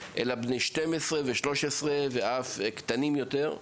אלא בני 12 ו-13 ואף קטנים יותר,